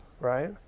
right